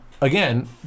again